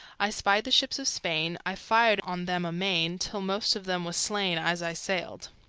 i spyed the ships of spain, i fired on them amain, till most of them was slain, as i sailed.